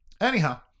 Anyhow